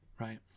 right